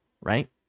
right